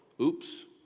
Oops